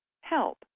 help